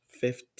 fifth